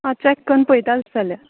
हांव चेक करून पळयता तश् जाल्यार